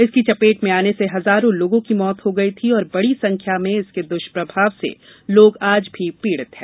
इसकी चपेट में आने से हजारों लोगों की मौत हो गई थी और बड़ी संख्या में इसके दुष्प्रभाव से लोग आज भी पीड़ित हैं